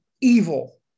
evil